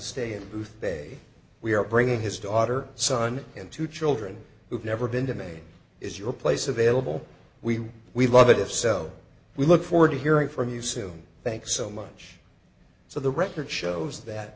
stay in boothbay we are bringing his daughter son and two children who've never been to maine is your place available we we love it of self we look forward to hearing from you soon thanks so much so the record shows that